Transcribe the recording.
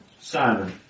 Simon